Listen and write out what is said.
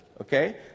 okay